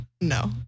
No